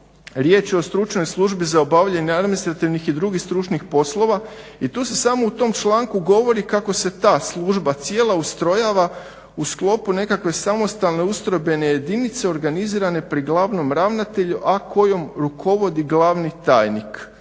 23.riječ je o Stručnoj službi za obavljanje administrativnih i drugih stručnih poslova i tu se samo u tom članku govori kako se ta služba cijela ustrojava u sklopu nekakve samostalne ustrojbene jedinice organizirane pri glavnom ravnatelju, a kojom rukovodi glavni tajnik